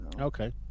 Okay